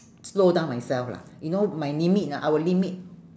slow down myself lah you know my limit ah our limit